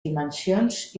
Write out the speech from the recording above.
dimensions